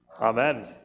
Amen